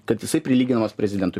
kad jisai prilyginamas prezidentui